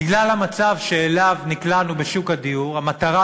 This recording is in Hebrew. בגלל המצב שאליו נקלענו בשוק הדיור המטרה